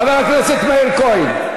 חבר הכנסת מאיר כהן,